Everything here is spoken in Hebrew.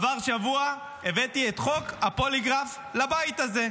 עבר שבוע, הבאתי את חוק הפוליגרף לבית הזה.